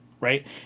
Right